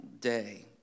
day